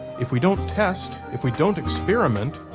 if we don't test, if we don't experiment,